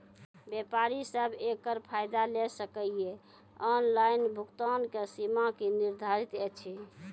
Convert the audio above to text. व्यापारी सब एकरऽ फायदा ले सकै ये? ऑनलाइन भुगतानक सीमा की निर्धारित ऐछि?